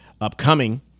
upcoming